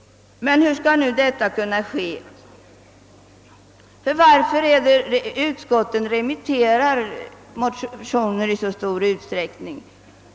Men hur skall nu detta kunna ske? Varför remitterar utskotten motioner i så stor utsträckning?